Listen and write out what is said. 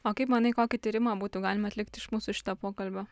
o kaip manai kokį tyrimą būtų galima atlikt iš mūsų šito pokalbio